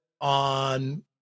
on